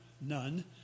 none